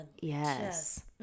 yes